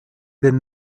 been